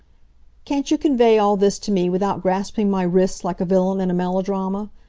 can't you convey all this to me without grasping my wrists like a villain in a melodrama?